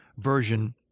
version